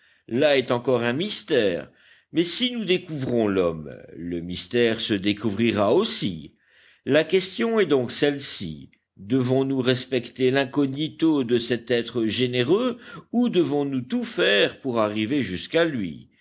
là est encore un mystère mais si nous découvrons l'homme le mystère se découvrira aussi la question est donc celle-ci devons-nous respecter l'incognito de cet être généreux ou devons-nous tout faire pour arriver jusqu'à lui